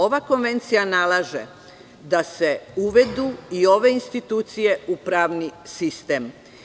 Ova konvencija nalaže da se uvedu i ove institucije u pravni sistem.